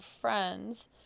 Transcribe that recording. friends